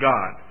God